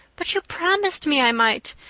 but you promised me i might!